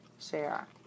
share